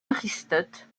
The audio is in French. aristote